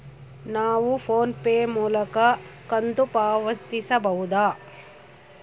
ನಾವು PhonePe ಮೂಲಕ ಕಂತು ಪಾವತಿಸಬಹುದಾ?